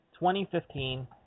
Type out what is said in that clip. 2015